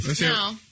no